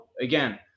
Again